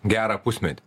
gerą pusmetį